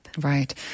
Right